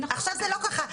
עכשיו זה לא ככה.